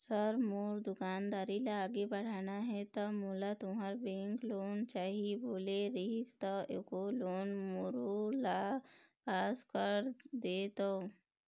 Sir मोर दुकानदारी ला आगे बढ़ाना हे ता मोला तुंहर बैंक लोन चाही बोले रीहिस ता एको लोन मोरोला पास कर देतव?